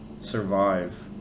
survive